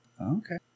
Okay